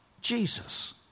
Jesus